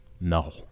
No